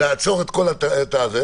למה זה לא המקום לעשות את זה ב-12ג?